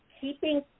keeping